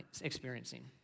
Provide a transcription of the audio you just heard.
experiencing